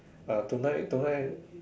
ah tonight tonight